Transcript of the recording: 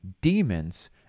demons